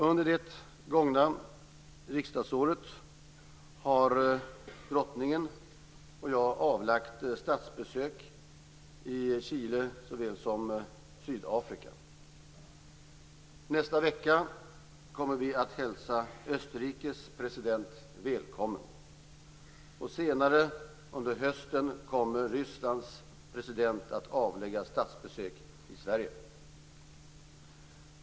Under det gångna riksdagsåret har drottningen och jag avlagt statsbesök i Chile såväl som Sydafrika. Nästa vecka kommer vi att hälsa Österrikes president välkommen, och senare under hösten kommer Rysslands president att avlägga statsbesök i Sverige.